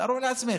תארו לעצמכם.